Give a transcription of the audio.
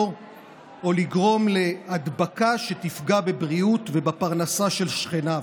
או לגרום להדבקה שתפגע בבריאות ובפרנסה של שכניו,